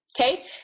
Okay